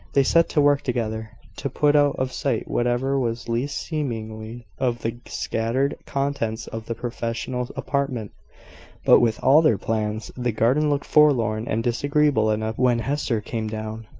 they set to work together, to put out of sight whatever was least seemly of the scattered contents of the professional apartment but, with all their pains, the garden looked forlorn and disagreeable enough when hester came down,